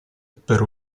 per